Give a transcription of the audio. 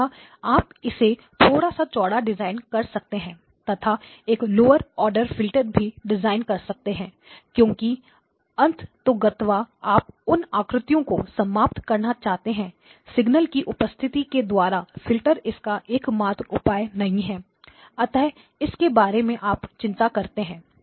अतः आप इसे थोड़ा सा चौड़ा डिज़ाइन कर सकते हैं तथा एक लोअर ऑर्डर फिल्टर भी डिज़ाइन कर सकते हैं क्योंकि अंततोगत्वा आप उन आकृतियों को समाप्त करना चाहते हैं सिग्नल की उपस्थिति के द्वारा फिल्टर इसका एकमात्र उपाय नहीं है अतः जिसके बारे में आप चिंता करते हैं